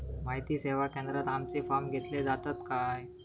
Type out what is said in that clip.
माहिती सेवा केंद्रात आमचे फॉर्म घेतले जातात काय?